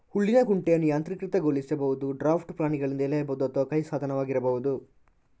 ಹುಲ್ಲಿನ ಕುಂಟೆಯನ್ನು ಯಾಂತ್ರೀಕೃತಗೊಳಿಸಬಹುದು, ಡ್ರಾಫ್ಟ್ ಪ್ರಾಣಿಗಳಿಂದ ಎಳೆಯಬಹುದು ಅಥವಾ ಕೈ ಸಾಧನವಾಗಿರಬಹುದು